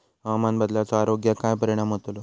हवामान बदलाचो आरोग्याक काय परिणाम होतत?